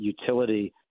utility